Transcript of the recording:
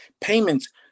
payments